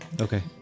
Okay